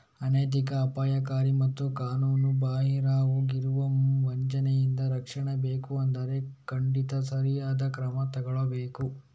ಅನೈತಿಕ, ಅಪಾಯಕಾರಿ ಮತ್ತು ಕಾನೂನುಬಾಹಿರವಾಗಿರುವ ವಂಚನೆಯಿಂದ ರಕ್ಷಣೆ ಬೇಕು ಅಂದ್ರೆ ಖಂಡಿತ ಸರಿಯಾದ ಕ್ರಮ ತಗೊಳ್ಬೇಕು